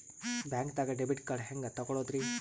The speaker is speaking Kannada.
ಬ್ಯಾಂಕ್ದಾಗ ಡೆಬಿಟ್ ಕಾರ್ಡ್ ಹೆಂಗ್ ತಗೊಳದ್ರಿ?